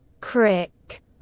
Crick